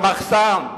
למחסן,